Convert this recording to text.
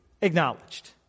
acknowledged